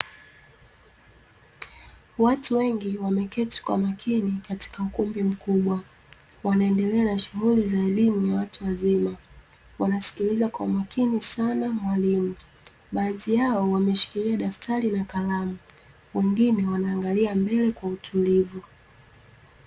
Watu wengi wameketi kwa makini katika ukumbi mkubwa. Wanaendelea na shughuli za elimu ya watu wa wazima. Wanasikiliza kwa makini sana mwalimu. Baadhi yao wameshikilia daftari na kalamu, wengine wanaangalia mbele kwa utulivu.